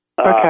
Okay